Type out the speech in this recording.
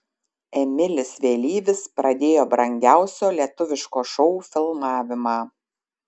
emilis vėlyvis pradėjo brangiausio lietuviško šou filmavimą